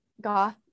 goth